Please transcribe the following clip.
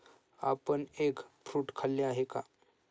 आपण egg fruit खाल्ले आहे का?